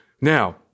Now